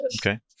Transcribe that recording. Okay